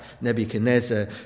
Nebuchadnezzar